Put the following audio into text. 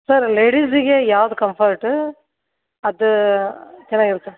sir ಲೇಡೀಸಿಗೆ ಯಾವ್ದು comfort ಅದು ಚೆನ್ನಾಗಿರುತ್ತೆ